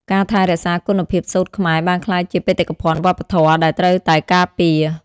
ការថែរក្សាគុណភាពសូត្រខ្មែរបានក្លាយជា បេតិកភណ្ឌវប្បធម៌ ដែលត្រូវតែការពារ។